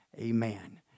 Amen